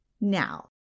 now